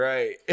Right